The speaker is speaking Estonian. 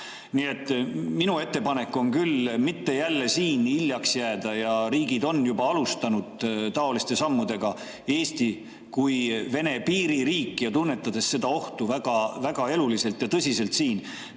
Nii et minu ettepanek on küll mitte jälle siin hiljaks jääda. Riigid on juba alustanud taoliste sammudega. Eesti kui Vene piiririik, tunnetades seda ohtu väga eluliselt ja tõsiselt,